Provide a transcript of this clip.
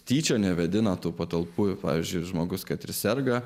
tyčia nevėdinamoje patalpoje pavyzdžiui žmogus kad ir serga